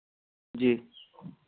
जी